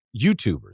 YouTubers